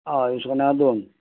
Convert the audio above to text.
हय आनी इसवणां दोन